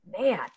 man